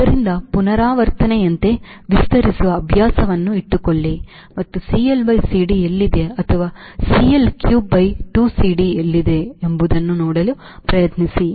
ಆದ್ದರಿಂದ ಪುನರಾವರ್ತನೆಯಂತೆ ವಿಸ್ತರಿಸುವ ಅಭ್ಯಾಸವನ್ನು ಇಟ್ಟುಕೊಳ್ಳಿ ಮತ್ತು CLCDಎಲ್ಲಿದೆ ಅಥವಾ CL3 by 2 CD ಎಲ್ಲಿದೆ ಎಂಬುದನ್ನು ನೋಡಲು ಪ್ರಯತ್ನಿಸಿ